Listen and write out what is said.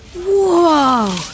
Whoa